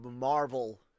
Marvel